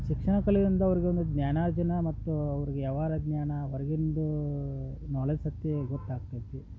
ಶಿಕ್ಷಣ ಕಲಿಯೋದರಿಂದ ಅವ್ರ್ಗೊಂದು ಜ್ಞಾನಾರ್ಜನ ಮತ್ತು ಅವ್ರ್ಗ ವ್ಯವಹಾರ ಜ್ಞಾನ ಹೊರ್ಗಿಂದು ನಾಲೆಜ್ ಶಕ್ತಿ ಗೊತ್ತಾಗ್ತೈತಿ